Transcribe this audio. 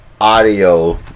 audio